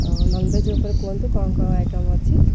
ଆଉ ନନ୍ଭେଜ୍ ଉପରେ କୁହନ୍ତୁ କ'ଣ କ'ଣ ଆଇଟମ୍ ଅଛି